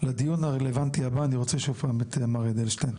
לדיון הרלוונטי הבא, אני רוצה את מר אדלשטיין.